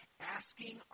asking